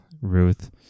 Ruth